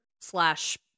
slash